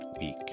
week